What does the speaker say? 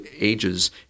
ages